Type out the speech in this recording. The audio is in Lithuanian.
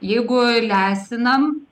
jeigu leistinam